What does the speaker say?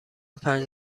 پنج